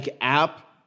app